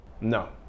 No